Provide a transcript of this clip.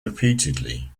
repeatedly